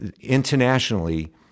internationally